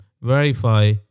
verify